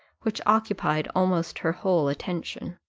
which occupied almost her whole attention.